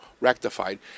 rectified